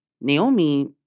Naomi